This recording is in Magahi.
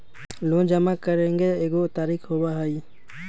लोन जमा करेंगे एगो तारीक होबहई?